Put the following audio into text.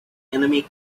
enemy